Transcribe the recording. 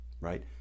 right